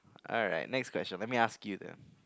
alright next question let me ask you then